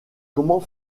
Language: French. comment